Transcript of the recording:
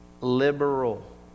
liberal